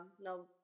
no